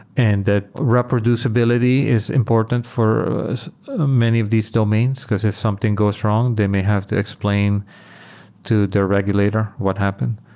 and that reproducibility is important for many of these domains, because if something goes wrong, they may have to explain to the regulator what happened.